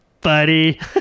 buddy